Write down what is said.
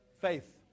Faith